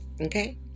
Okay